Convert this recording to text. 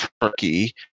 Turkey